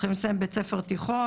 צריכים לסיים בית ספר תיכון.